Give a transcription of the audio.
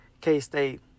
K-State